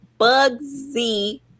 Bugsy